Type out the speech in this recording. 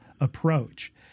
approach